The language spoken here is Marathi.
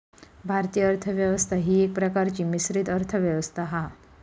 भारतीय अर्थ व्यवस्था ही एका प्रकारची मिश्रित अर्थ व्यवस्था हा